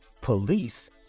police